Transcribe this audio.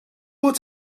wanna